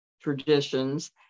traditions